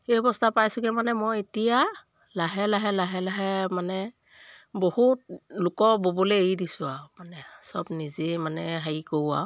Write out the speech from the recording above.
সেই অৱস্থা পাইছোঁগৈ মানে মই এতিয়া লাহে লাহে লাহে লাহে মানে বহুত লোকৰ ব'বলৈ এৰি দিছোঁ আৰু মানে চব নিজেই মানে হেৰি কৰোঁ আৰু